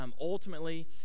Ultimately